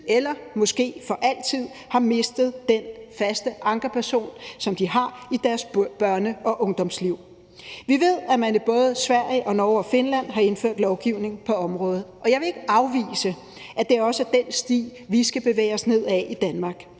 eller måske for altid har mistet den faste ankerperson, som de har i deres børne- og ungdomsliv. Vi ved, at man i både Sverige, Norge og Finland har indført lovgivning på området, og jeg vil ikke afvise, at det også er den sti, vi skal bevæge os ned ad i Danmark.